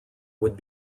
would